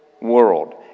world